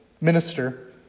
minister